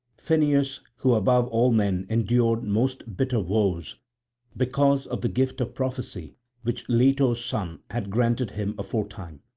phineus who above all men endured most bitter woes because of the gift of prophecy which leto's son had granted him aforetime.